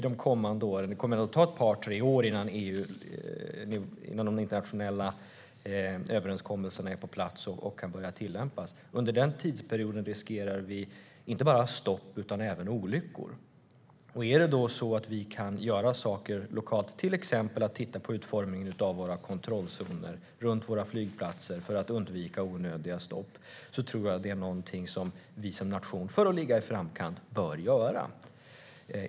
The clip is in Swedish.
Det kommer nog att ta ett par tre år innan de internationella överenskommelserna är på plats och kan börja tillämpas. Under den tidsperioden riskerar vi inte bara stopp utan även olyckor. Kan vi då göra saker lokalt - till exempel titta på utformningen av kontrollzonerna runt våra flygplatser för att undvika onödiga stopp - tror jag att det är något som vi som nation bör göra för att ligga i framkant.